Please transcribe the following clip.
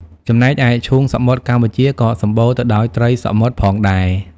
ចំណែកឯឈូងសមុទ្រកម្ពុជាក៏សម្បូរទៅដោយត្រីសមុទ្រផងដែរ។